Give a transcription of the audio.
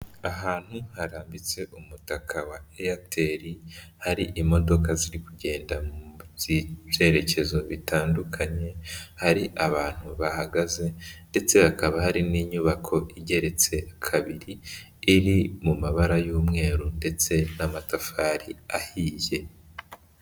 Ahantu harambitse umutaka wa Airtel, hari imodoka ziri kugenda munsi, ibyeyerekezo bitandukanye, hari abantu bahagaze ndetse hakaba hari n'inyubako igeretse kabiri, iri mu mabara y'umweru ndetse n'amatafari ahiye.